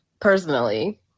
personally